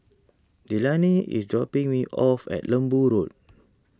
Delaney is dropping me off at Lembu Road